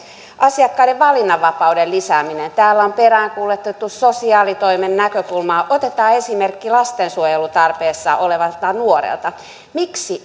asiakkaiden valinnanvapauden lisääminen täällä on peräänkuulutettu sosiaalitoimen näkökulmaa otetaan esimerkki lastensuojelun tarpeessa olevalta nuorelta miksi